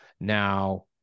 Now